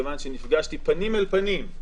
כי נפגשתי פנים אל פנים,